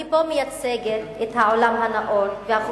אני מייצגת פה את העולם הנאור והחופשי,